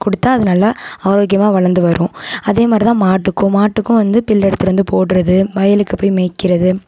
கொடுத்தா அது நல்லா ஆரோக்கியமாக வளர்ந்து வரும் அதே மாதிரிதான் மாட்டுக்கும் மாட்டுக்கும் வந்து புல்லு எடுத்துகிட்டு வந்து போடுறது வயலுக்கு போய் மேய்க்கிறது